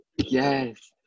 yes